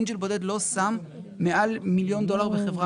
אנג'ל בודד לא שם מעל מיליון דולר בחברה.